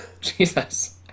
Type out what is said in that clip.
Jesus